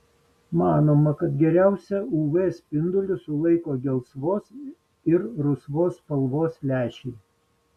manoma kad geriausiai uv spindulius sulaiko gelsvos ir rusvos spalvos lęšiai